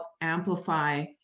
amplify